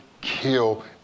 kill